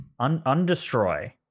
Undestroy